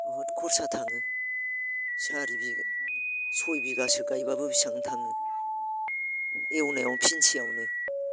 बुहुद खरसा थाङो सारि बिगा सय बिगासो गायब्लाबो बेसां थाङो एवनायाव फिनसेयावनो